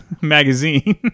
magazine